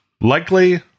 Likely